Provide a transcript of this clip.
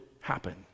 happen